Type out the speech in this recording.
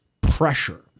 pressure